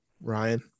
Ryan